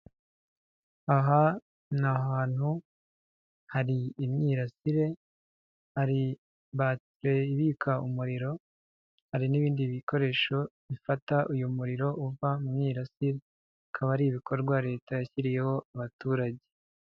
Aha ni ahantutu hari imyirasire, hari batire ibika umuriro, hari n'ibindi bikoresho bifata uyu muriro uva mu murasire, bikaba ari ibikorwa Leta yashyiriyeho abaturage.